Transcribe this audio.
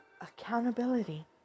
Accountability